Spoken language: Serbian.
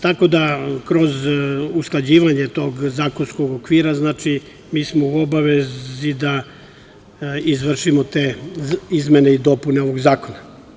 Tako da, kroz usklađivanje tog zakonskog okvira mi smo u obavezi da izvršimo izmene i dopune tog zakona.